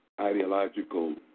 ideological